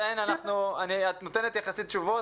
את גם נותנת תשובות,